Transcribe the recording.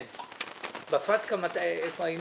בפטקא איפה היינו?